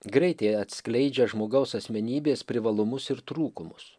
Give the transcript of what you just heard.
greitai atskleidžia žmogaus asmenybės privalumus ir trūkumus